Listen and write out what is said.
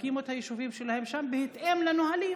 יקימו את היישובים שלהם שם בהתאם לנהלים